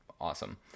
awesome